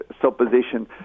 supposition